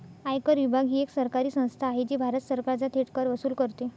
आयकर विभाग ही एक सरकारी संस्था आहे जी भारत सरकारचा थेट कर वसूल करते